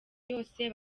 yose